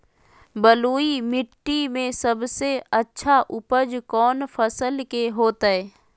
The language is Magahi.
बलुई मिट्टी में सबसे अच्छा उपज कौन फसल के होतय?